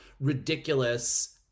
ridiculous